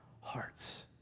hearts